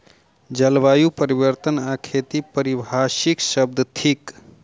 जलवायु परिवर्तन आ खेती पारिभाषिक शब्द थिक